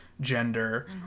gender